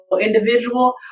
individual